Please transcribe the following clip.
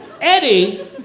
Eddie